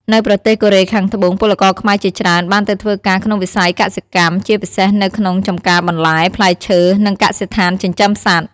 នៅប្រទេសកូរ៉េខាងត្បូងពលករខ្មែរជាច្រើនបានទៅធ្វើការក្នុងវិស័យកសិកម្ម ជាពិសេសនៅក្នុងចំការបន្លែ ផ្លែឈើ និងកសិដ្ឋានចិញ្ចឹមសត្វ ។